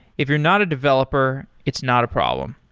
if you're not a developer, it's not a problem.